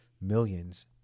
millions